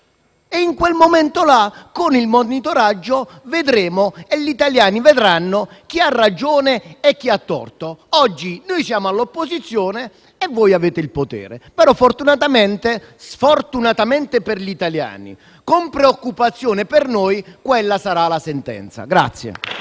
In quel momento, con il monitoraggio, gli italiani vedranno chi ha ragione e chi ha torto. Oggi, noi siamo all'opposizione e voi avete il potere. Però, sfortunatamente per gli italiani e con preoccupazione per noi, quella sarà la sentenza.